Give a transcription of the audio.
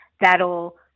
that'll